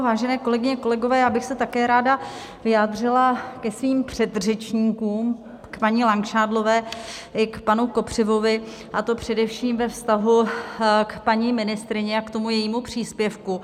Vážené kolegyně, kolegové, já bych se také ráda vyjádřila ke svým předřečníkům, k paní Langšádlové i k panu Kopřivovi, a to především ve vztahu k paní ministryni a k tomu jejímu příspěvku.